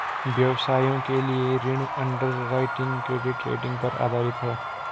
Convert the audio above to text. व्यवसायों के लिए ऋण अंडरराइटिंग क्रेडिट रेटिंग पर आधारित है